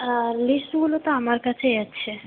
লিস্টগুলো তো আমার কাছেই আছে